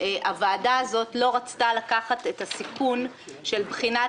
הוועדה הזאת לא רצתה לקחת את הסיכון של בחינת